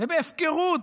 ובהפקרות,